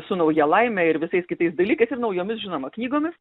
su nauja laime ir visais kitais dalykais ir naujomis žinoma knygomis